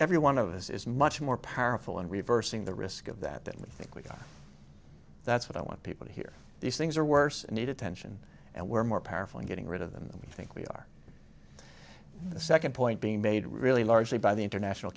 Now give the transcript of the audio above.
every one of us is much more powerful in reversing the risk of that than we think we got that's what i want people to hear these things are worse and need attention and we're more powerful in getting rid of them i mean i think we are the second point being made really largely by the international